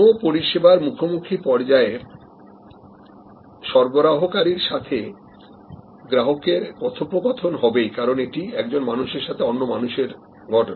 কোন পরিষেবার মুখোমুখি পর্যায়ে সরবরাহকারী সাথে গ্রাহকের কথোপকথন হবেই কারণ এটি একজন মানুষের সাথে অন্য মানুষের ঘটনা